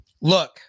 Look